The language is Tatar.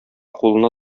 кулына